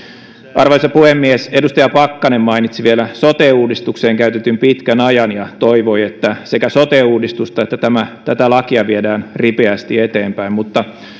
arvoisa puhemies edustaja pakkanen mainitsi vielä sote uudistukseen käytetyn pitkän ajan ja toivoi että sekä sote uudistusta että tätä lakia viedään ripeästi eteenpäin mutta